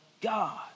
God